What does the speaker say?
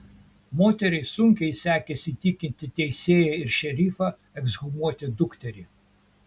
moteriai sunkiai sekėsi įtikinti teisėją ir šerifą ekshumuoti dukterį